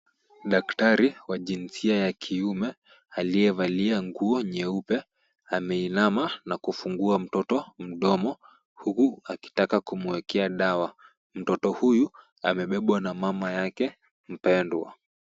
Daktari wa jinsia ya kiume aliyevalia nguo nyeupe, ameinama na kufungua mtoto mdomo huku akitaka kumuekea dawa. Mtoto huyu amebebwa na mama yake mpendwa.